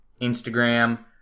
Instagram